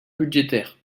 budgétaire